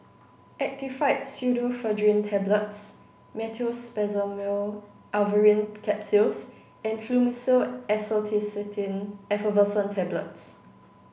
Actifed Pseudoephedrine Tablets Meteospasmyl Alverine Capsules and Fluimucil Acetylcysteine Effervescent Tablets